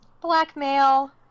Blackmail